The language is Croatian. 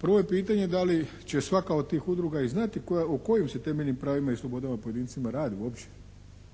Prvo je pitanje da li će svaka od tih udruga i znati o kojim se temeljnim pravima i slobodama o pojedincima radi uopće,